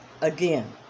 again